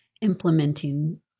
implementing